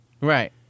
right